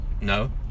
No